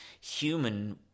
human